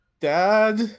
Dad